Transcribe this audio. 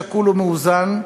שקול ומאוזן,